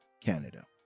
Canada